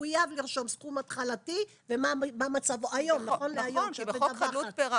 מחויב לרשום סכום התחלתי ומה מצבו נכון להיום כשאת מדווחת.